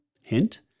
Hint